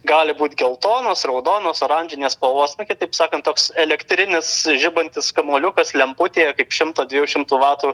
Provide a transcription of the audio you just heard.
gali būt geltonos raudonos oranžinės spalvos kitaip sakant toks elektrinis žibantis kamuoliukas lemputė kaip šimto dviejų šimtų vatų